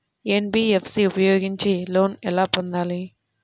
NBFC ఉపయోగించి loan ఎలా పొందాలి?